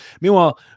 Meanwhile